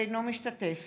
אינו משתתף